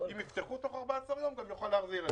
ואם יפתחו תוך 14 יום, הוא גם יוכל להחזיר אותם.